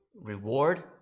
reward